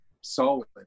solid